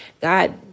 God